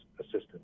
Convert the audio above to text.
assistance